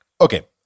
Okay